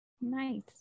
Nice